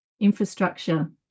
infrastructure